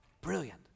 Brilliant